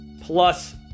plus